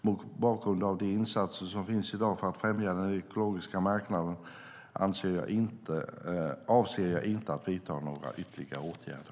Mot bakgrund av de insatser för att främja den ekologiska marknaden som finns i dag avser jag inte att vidta några ytterligare åtgärder.